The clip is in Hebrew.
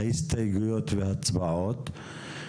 להסתייגויות והצבעות.